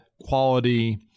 quality